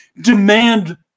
demand